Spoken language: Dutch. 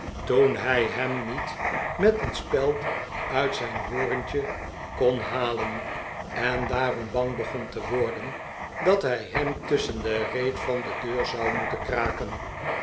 toen hij hem niet met een speld uit zijn horentje kon halen en daarom bang begon te worden dat hij hem tusschen de reet van de deur zou moeten kraken